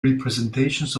representations